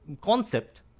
concept